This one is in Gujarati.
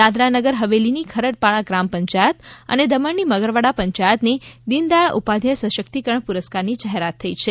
દાદરા નગર હવેલીની ખરડપાડા ગ્રામ પંચાયત અને દમણની મગરવાડા પંચાયતને દિન દયાળ ઉપાધ્યાય સશક્તિકરણ પુરસ્કારની જાહેરાત થઈ છે